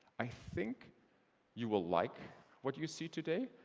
i think you will like what you see today,